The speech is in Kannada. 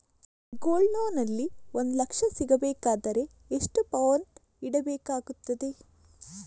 ಗೋಲ್ಡ್ ಲೋನ್ ನಲ್ಲಿ ಒಂದು ಲಕ್ಷ ಸಿಗಬೇಕಾದರೆ ಎಷ್ಟು ಪೌನು ಇಡಬೇಕಾಗುತ್ತದೆ?